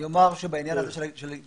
אני אומר שבעניין הזה של משמעת,